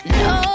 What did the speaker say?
no